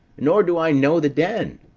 nor do i know the den.